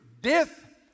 Death